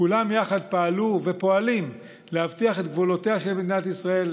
כולם יחד פעלו ופועלים להבטיח את גבולותיה של מדינת ישראל,